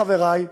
חברי,